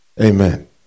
Amen